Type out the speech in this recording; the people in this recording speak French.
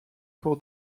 pour